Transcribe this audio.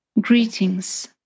Greetings